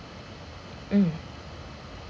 mm